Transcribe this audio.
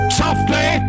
softly